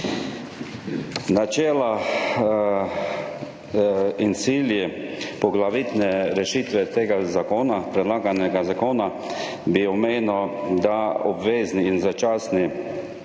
Načela in cilji, poglavitne rešitve tega zakona, predlaganega zakona bi omenil, da obvezni in začasni